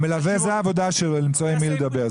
המלווה, זאת העבודה שלו, למצוא עם מי לדבר.